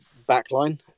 backline